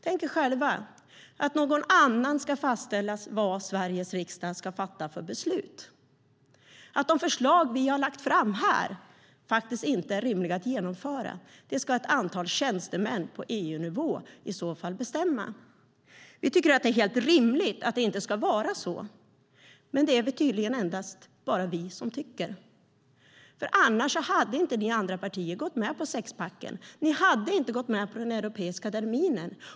Tänk er själva att någon annan ska fastställa vad Sveriges riksdag ska fatta för beslut, att de förslag vi har lagt fram här inte är rimliga att genomföra utan att ett antal tjänstemän på EU-nivå i så fall ska bestämma det! Vi tycker att det är helt rimligt att det inte ska vara så, men det är tydligen endast vi som tycker det. Annars hade inte ni i de andra partierna gått med på sexpacken. Ni hade inte gått med på den europeiska terminen.